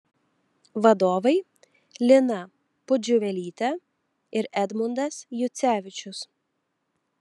vadovai lina pudžiuvelytė ir edmundas jucevičius